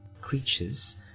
creatures